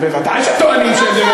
בוודאי שטוענים שהם דמוקרטים.